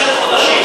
אוקיי?